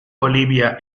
bolivia